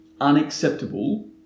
unacceptable